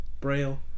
Braille